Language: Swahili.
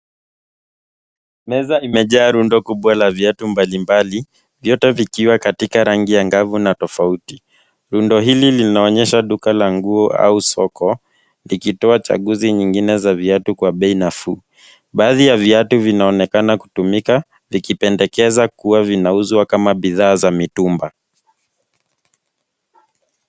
Meza imejaa rundo kubwa la viatu mbalimbali, vyote vikiwa katika rangi angavu na tofauti. Rundo hili linaonyesha duka la nguo au soko likitoa chaguzi nyingine za viatu kwa bei nafuu. Baadhi ya viatu vinaonekana kutumika vikipendekeza kuwa vinauzwa kama bidhaa za mitumba.